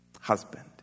husband